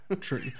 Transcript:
true